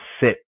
sit